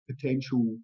potential